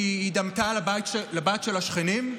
כי היא דמתה לבת של השכנים?